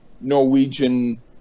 Norwegian